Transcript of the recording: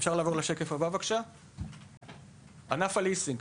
ענף הליסינג.